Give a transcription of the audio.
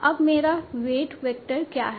अब मेरा weight vector क्या है